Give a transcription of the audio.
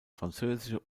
französische